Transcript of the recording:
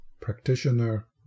practitioner